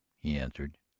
he answered.